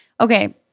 Okay